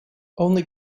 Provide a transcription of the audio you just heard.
only